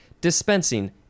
dispensing